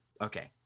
Okay